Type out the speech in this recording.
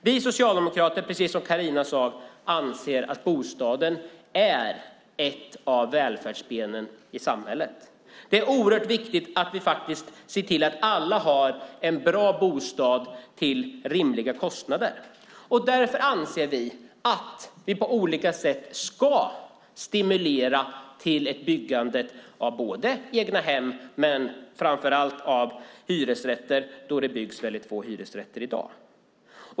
Vi socialdemokrater anser, precis som Carina sade, att bostaden är ett av välfärdsbenen i samhället. Det är oerhört viktigt att vi ser till att alla har en bra bostad till rimliga kostnader. Därför anser vi att vi på olika sätt ska stimulera till ett byggande av både egnahem och framför allt hyresrätter, eftersom det byggs väldigt få hyresrätter i dag.